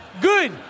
good